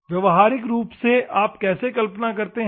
व्यावहारिक रूप से आप कैसे कल्पना करते हैं